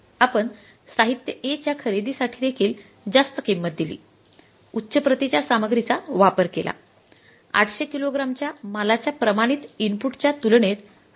आपण साहित्य A च्या खरेदीसाठी देखील जास्त किंमत दिली उच्प्रतीच्या सामग्रीचा वापर केला 800 किलोग्रामच्या मालाच्या प्रमाणित इनपुटच्या तुलनेत